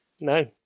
No